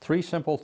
three simple